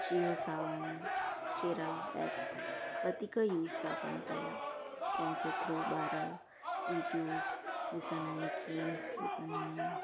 जियो सावन जहिड़ा एप्स वधीक यूज़ था कनि पिया जंहिंजे थ्रू ॿार विडियोज़ ॾिसंदा आहिनि गेम्स खेॾंदा आहिनि